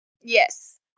Yes